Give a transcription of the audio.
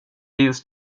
just